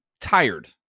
tired